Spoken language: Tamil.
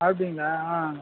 அப்படிங்களா ஆ